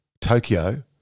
Tokyo